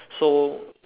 so